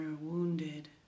wounded